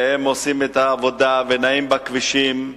הם עושים את העבודה ונעים בכבישים,